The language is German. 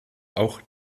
auch